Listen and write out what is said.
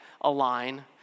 align